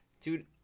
dude